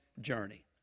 journey